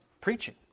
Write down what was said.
preaching